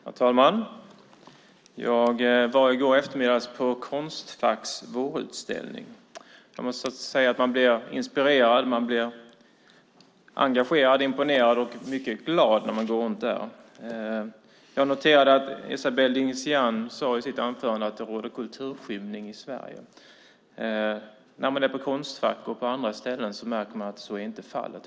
Herr talman! Jag var i går eftermiddag på Konstfacks vårutställning. Jag måste säga att man blir inspirerad, engagerad, imponerad och mycket glad när man går runt där. Jag noterade att Esabelle Dingizian i sitt anförande sade att det råder kulturskymning i Sverige. När man är på Konstfack och på andra ställen märker man att så inte är fallet.